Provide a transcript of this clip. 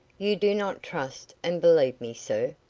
you do not trust and believe me, sir?